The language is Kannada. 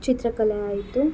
ಚಿತ್ರಕಲೆ ಆಯಿತು